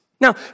Now